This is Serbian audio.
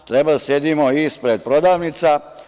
Treba da sedimo ispred prodavnica.